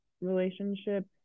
relationship